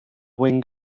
wing